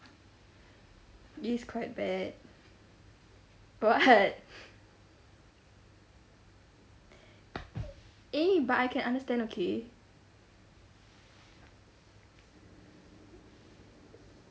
it is quite bad what eh but I can understand okay